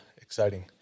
exciting